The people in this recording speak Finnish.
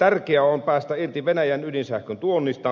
tärkeää on päästä irti venäjän ydinsähkön tuonnista